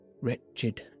wretched